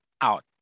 out